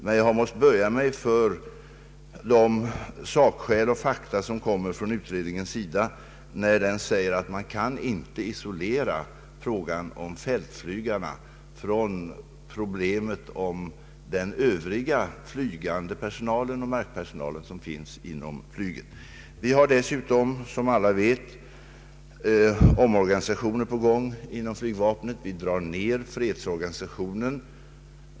Jag har dock måst böja mig för de sakskäl och fakta utredningsmännen anfört, när de sagt att man inte kan isolera frågan om fältflygarna från problemet om den övriga flygande personalen och markpersonalen inom flyget. Vi har dessutom, som alla vet, omorganisationer i gång inom flygvapnet. Fredsorganisationen minskas.